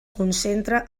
concentra